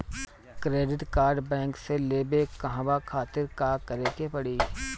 Credit card bank से लेवे कहवा खातिर का करे के पड़ी?